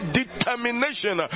determination